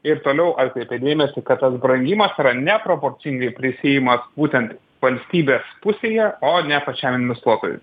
ir toliau atkreipė dėmesį kad tas brangimas yra neproporcingai prisiima būtent valstybės pusėje o ne pačiam investuotojui